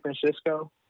Francisco